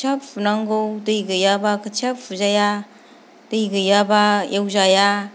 खोथिया फुनांगौ दै गैयाब्ला खोथिया फुजाया दै गैयाब्ला एवजाया